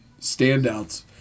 standouts